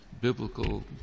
biblical